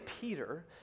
Peter